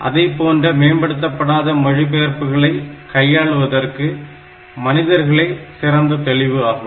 அதைப்போன்ற மேம்படுத்தப்படாத மொழிபெயர்ப்புகளை கையாளுவதற்கு மனிதர்களே சிறந்த தெரிவு ஆகும்